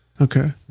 Okay